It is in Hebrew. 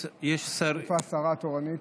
איפה השרה התורנית?